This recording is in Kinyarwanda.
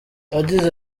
yagize